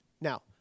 Now